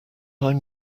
i’m